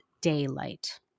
daylight